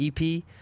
EP